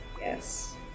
Yes